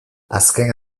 azken